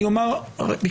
אני אומר בכלל,